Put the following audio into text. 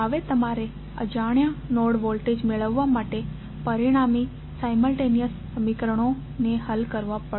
હવે તમારે અજાણ્યા નોડ વોલ્ટેજ મેળવવા માટે પરિણામી સાઇમ્લટેનિઅસ સમીકરણો ને હલ કરવા પડશે